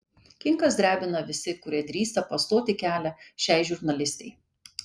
kinkas drebina visi kurie drįsta pastoti kelią šiai žurnalistei